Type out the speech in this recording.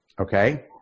okay